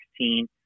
2016